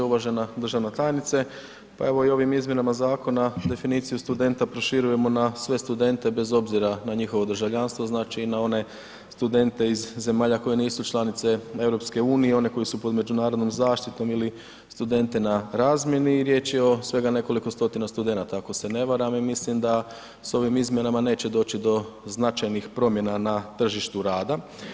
Uvažena državna tajnice, pa evo i ovim izmjenama zakona definiciju studenta proširujemo na sve studente bez obzira na njihovo državljanstvo, znači i na one studente iz zemalja koji nisu članice EU, koje su pod međunarodnom zaštitom ili studente na razmjeni i riječ je o svega nekoliko stotina studenata ako se ne varam i mislim da s ovim izmjenama neće doći do značajnih promjena na tržištu rada.